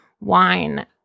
wine